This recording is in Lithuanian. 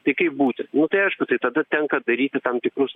tai kaip būti nu tai aišku tai tada tenka daryti tam tikrus